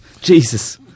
Jesus